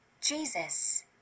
Jesus